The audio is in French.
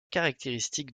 caractéristiques